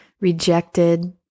rejected